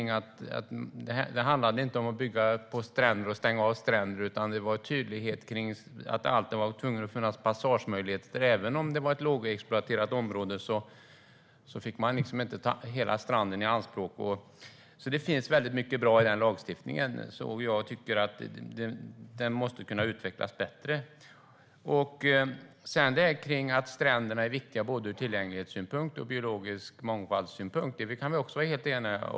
Det handlade inte om att bygga på stränder och stänga av stränder, utan det var tydlighet kring att det alltid var tvunget att finnas passagemöjligheter, och även om det var ett lågexploaterat område fick man liksom inte ta hela stranden i anspråk. Det finns alltså väldigt mycket bra i den lagstiftningen, så jag tycker att den måste kunna utvecklas bättre. När det handlar om att stränderna är viktiga ur tillgänglighetssynpunkt och när det gäller biologisk mångfald kan vi också vara helt eniga.